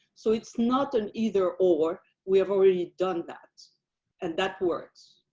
so it's not an either or we have already done that and that works.